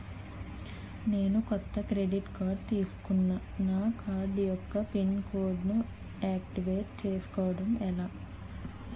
నేను కొత్తగా credit card తిస్కున్నా నా కార్డ్ యెక్క పిన్ కోడ్ ను ఆక్టివేట్ చేసుకోవటం ఎలా?